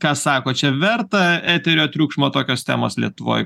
ką sako čia verta eterio triukšmo tokios temos lietuvoj